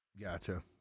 Gotcha